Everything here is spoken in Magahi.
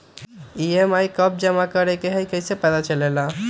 ई.एम.आई कव जमा करेके हई कैसे पता चलेला?